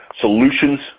Solutions